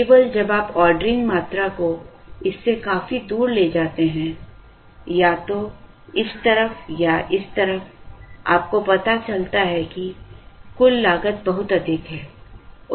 केवल जब आप ऑर्डरिंग मात्रा को इस से काफी दूर ले जाते हैं या तो इस तरफ या इस तरफ आपको पता चलता है कि कुल लागत बहुत अधिक है